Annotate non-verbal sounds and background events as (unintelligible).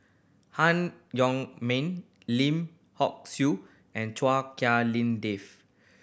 Han Yong May Lim Hock Siew and Chua (unintelligible) Lim Dave